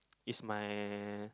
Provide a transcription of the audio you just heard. is my